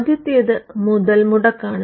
ആദ്യത്തേത് മുതൽമുടക്കാണ്